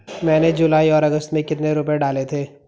मैंने जुलाई और अगस्त में कितने रुपये डाले थे?